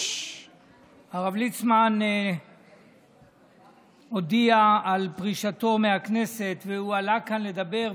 הרב ליצמן הודיע על פרישתו מהכנסת והוא עלה כאן לדבר,